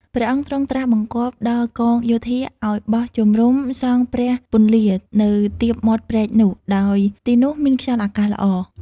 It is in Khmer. ព្រះអង្គទ្រង់ត្រាស់បង្គាប់ដល់កងយោធាឲ្យបោះជំរំុ សង់ព្រះពន្លានៅទៀបមាត់ព្រែកនោះ ដោយទីនោះមានខ្យល់អាកាសល្អ ។